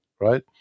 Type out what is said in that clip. Right